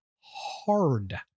hard